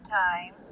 time